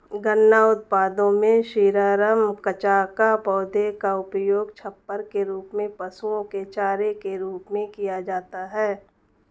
गन्ना उत्पादों में शीरा, रम, कचाका, पौधे का उपयोग छप्पर के रूप में, पशुओं के चारे के रूप में किया जाता है